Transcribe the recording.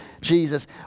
Jesus